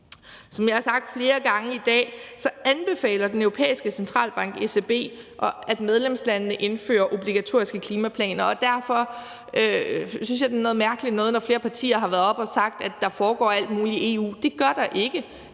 Som jeg har sagt flere gange i dag, anbefaler Den Europæiske Centralbank, ECB, at medlemslandene indfører obligatoriske klimaplaner. Derfor synes jeg, at det er noget mærkelig noget, når flere partier har været heroppe at sige, at der foregår alt muligt i EU. Det gør der ikke.